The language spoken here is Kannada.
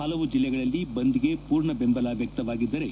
ಹಲವು ಜಿಲ್ಲೆಗಳಲ್ಲಿ ಬಂದ್ಗೆ ಪೂರ್ಣ ಬೆಂಬಲ ವ್ಯಕ್ತವಾಗಿದ್ದರೆ